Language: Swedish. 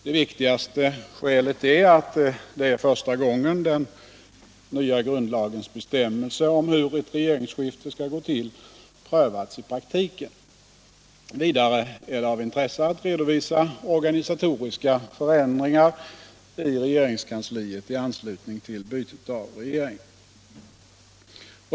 Det viktigaste skälet är att det är första gången den nya grundlagens bestämmelser om hur ett regeringsskifte skall gå till prövats i praktiken. Vidare är det av intresse att redovisa organisatoriska förändringar i regeringskansliet i anslutning till bytet av regering.